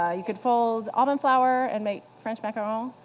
ah you could fold almond flour, and make french macaroon,